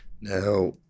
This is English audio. Now